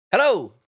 Hello